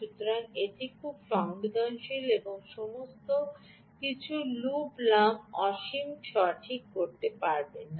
সুতরাং মনে রাখবেন এটি খুব সংবেদনশীল এবং সমস্ত অসীম লুপ লাভ কিন্তু সঠিক হতে পারে না